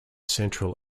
central